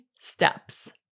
steps